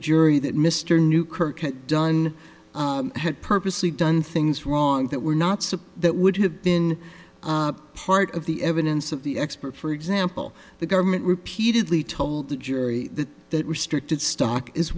jury that mr knew kirk done had purposely done things wrong that we're not suppose that would have been part of the evidence of the expert for example the government repeatedly told the jury that restricted stock is